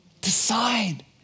decide